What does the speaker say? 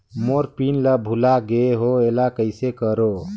मोर pin ला भुला गे हो एला कइसे करो?